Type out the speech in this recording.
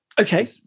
Okay